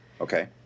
Okay